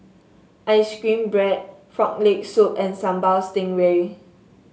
ice cream bread Frog Leg Soup and Sambal Stingray